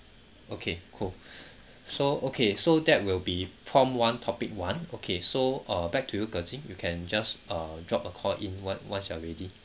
okay cool so okay so that will be prompt one topic one okay so uh back to you goh ching you can just uh drop a call in one once you are ready